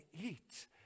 eat